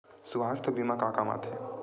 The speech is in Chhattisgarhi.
सुवास्थ बीमा का काम आ थे?